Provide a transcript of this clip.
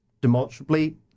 Demonstrably